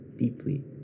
Deeply